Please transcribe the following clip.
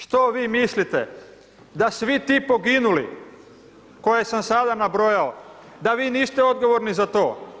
Što vi mislite da svi ti poginuli, koje sam sada nabrojao, da vi niste odgovorni za to?